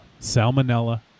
salmonella